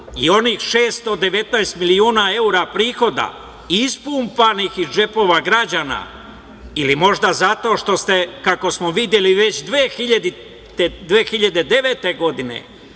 i onih 619 milina evra prihoda ispumpanih ih džepova građana ili možda zato što ste, kako smo videli već 2009. godine,